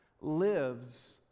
lives